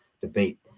debate